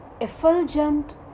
effulgent